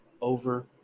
over